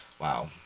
Wow